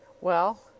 Well—